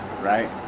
right